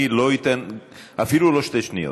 אני לא אתן, אפילו לא שתי שניות.